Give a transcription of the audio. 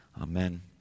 Amen